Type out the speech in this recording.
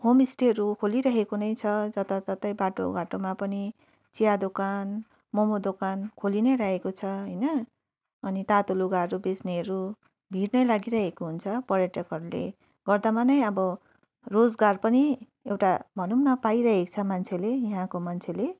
होमस्टेहरू खोलिरहेको नै छ जताततै बाटो घाटोमा पनि चिया दोकान मोमो दोकान खोली नै रहेको छ होइन अनि तातो लुगाहरू बेच्नेहेरू भिड नै लागिरहेको हुन्छ पर्यटकहरूले गर्दामा नै अब रोजगार पनि एउटा भनौँ न पाइरहेको छ मान्छेले यहाँको मान्छेले